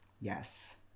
Yes